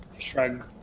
Shrug